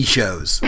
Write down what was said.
Shows